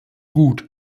gut